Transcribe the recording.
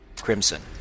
crimson